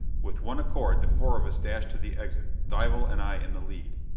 with one accord the four of us dashed to the exit, dival and i in the lead.